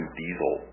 diesel